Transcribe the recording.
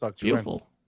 beautiful